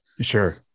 Sure